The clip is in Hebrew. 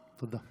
תודה.